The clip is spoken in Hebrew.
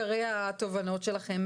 אם אני אקריא מתוך עיקרי התובנות שלכם,